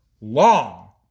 long